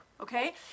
Okay